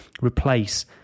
replace